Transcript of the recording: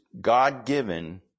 God-given